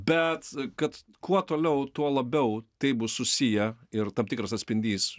bet kad kuo toliau tuo labiau tai bus susiję ir tam tikras atspindys